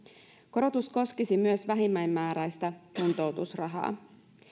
korotus koskisi myös vähimmäismääräistä kuntoutusrahaa